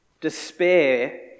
despair